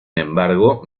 embargo